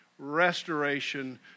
restoration